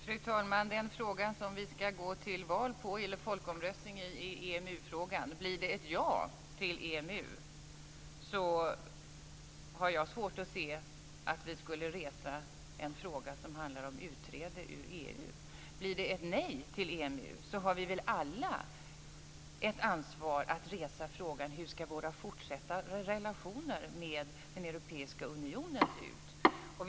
Fru talman! Den fråga som vi ska gå till folkomröstning om är EMU-frågan. Om det blir ett ja till EMU har jag svårt att se att vi skulle resa en fråga om utträde ur EU. Om det blir ett nej till EMU har vi väl alla ett ansvar att resa frågan om hur våra fortsatta relationer med Europeiska unionen ska se ut.